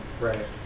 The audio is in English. Right